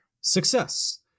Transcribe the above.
Success